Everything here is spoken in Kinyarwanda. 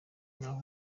naho